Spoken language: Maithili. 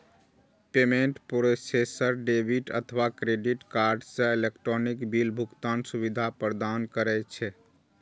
पेमेंट प्रोसेसर डेबिट अथवा क्रेडिट कार्ड सं इलेक्ट्रॉनिक बिल भुगतानक सुविधा प्रदान करै छै